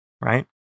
right